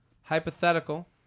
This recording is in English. Hypothetical